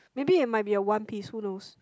maybe it might be a one piece who knows